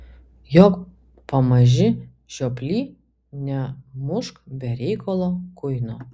jok pamaži žioply nemušk be reikalo kuino